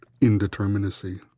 indeterminacy